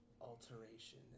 alteration